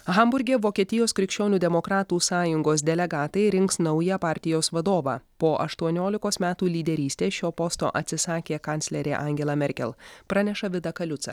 hamburge vokietijos krikščionių demokratų sąjungos delegatai rinks naują partijos vadovą po aštuoniolikos metų lyderystės šio posto atsisakė kanclerė angela merkel praneša vida kaliuca